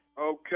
Okay